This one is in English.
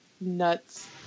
nuts